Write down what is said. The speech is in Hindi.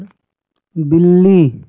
बिल्ली